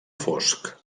fosc